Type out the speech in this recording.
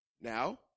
now